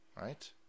right